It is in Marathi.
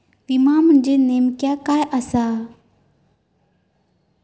विमा म्हणजे नेमक्या काय आसा?